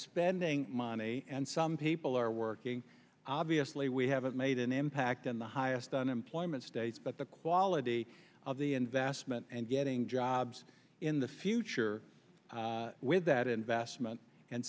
spending money and some people are working obviously we haven't made an impact in the highest unemployment states but the quality of the investment and getting jobs in the future with that investment and